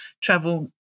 travel